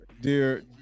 dear